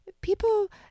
people